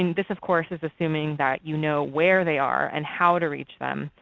and this of course, is assuming that you know where they are and how to reach them.